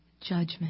judgment